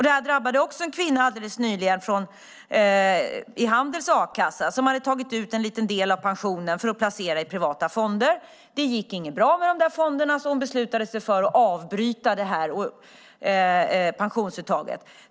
Detta drabbade nyligen en kvinna som är medlem i Handels a-kassa. Hon hade tagit ut en liten del av pensionen för att placera i privata fonder. De fonderna gick inte bra och hon beslutade sig därför för att avbryta pensionsuttaget.